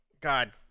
God